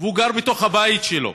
והוא גר בתוך הבית שלו,